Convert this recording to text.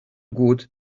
gut